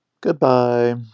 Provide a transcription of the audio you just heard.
Goodbye